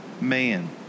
man